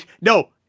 no